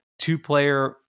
two-player